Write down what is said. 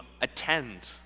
attend